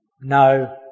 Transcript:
No